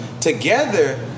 together